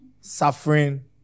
Suffering